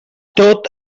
tot